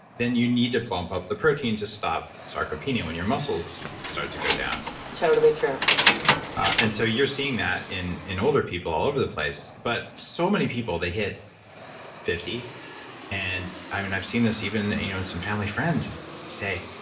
then you need to bump up the protein to stop sarcopenia when your muscles start to go down it's totally true and so, you're seeing that in in older people all over the place, but so many people that hit fifty and i mean i've seen this even you know in some family friends. and and they say,